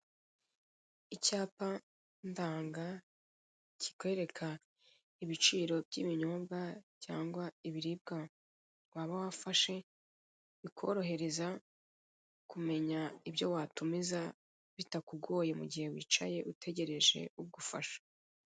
Icyapa ndanga kikwereka ibiciro by'ibinyobwa cyangwa ibiribwa waba wafashe bikorohereza kumenya ibyo watumiza mu gihe waba utegereje uwagufasha.